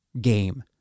game